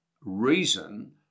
reason